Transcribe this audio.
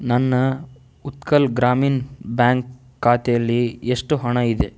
ನನ್ನ ಉತ್ಕಲ್ ಗ್ರಾಮೀಣ ಬ್ಯಾಂಕ್ ಖಾತೆಲಿ ಎಷ್ಟು ಹಣ ಇದೆ